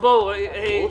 ברור שלא.